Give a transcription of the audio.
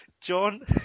John